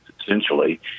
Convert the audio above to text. essentially